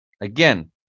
again